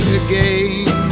again